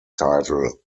title